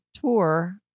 tour